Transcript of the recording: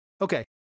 okay